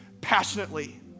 passionately